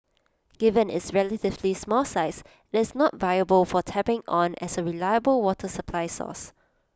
given its relatively small size IT is not viable for tapping on as A reliable water supply source